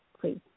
please